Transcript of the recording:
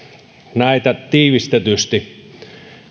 näitä tiivistetysti